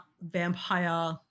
vampire